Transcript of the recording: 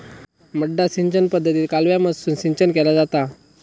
मड्डा सिंचन पद्धतीत कालव्यामधसून सिंचन केला जाता